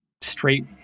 straight